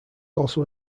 also